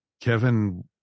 Kevin